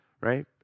right